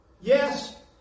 yes